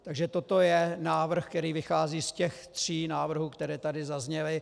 Takže toto je návrh, který vychází z těch tří návrhů, které tady zazněly.